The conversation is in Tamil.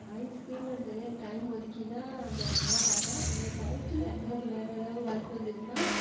டிராயிங்ஸுக்குனு நான் தனியாக டைம் ஒதுக்கித்தான் ரொம்ப நேரம் பாப்பேன் அந்த டையத்துல எனக்கு வேற எதாவது ஒர்க் வந்துட்டுனா